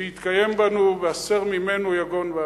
ושיתקיים בנו "והסר ממנו יגון ואנחה".